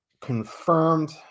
confirmed